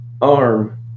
arm